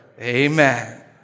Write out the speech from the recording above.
Amen